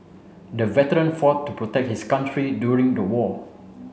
the veteran fought to protect his country during the war